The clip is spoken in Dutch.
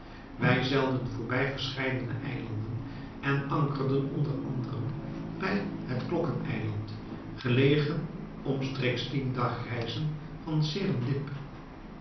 wij zeilden voorbij verscheidene eilanden en ankerden onder anderen bij het klokken eiland gelegen omstreeks tien dagreizen van